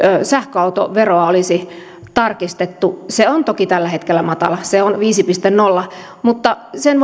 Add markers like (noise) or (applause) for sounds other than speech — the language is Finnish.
sähköautoveroa olisi tarkistettu se on toki tällä hetkellä matala se on viisi pilkku nolla mutta sen (unintelligible)